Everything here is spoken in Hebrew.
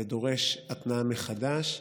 זה דורש התנעה מחדש.